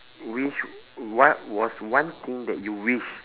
wish what was one thing that you wish